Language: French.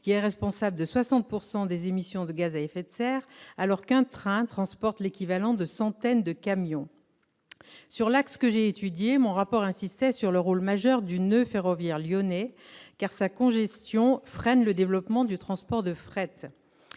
qui est responsable de 60 % des émissions de gaz à effet de serre, alors qu'un train transporte l'équivalent de centaines de camions. Pour ce qui concerne l'axe que j'ai étudié, mon rapport insistait sur le rôle majeur du noeud ferroviaire lyonnais, car sa congestion freine le développement du transport de fret.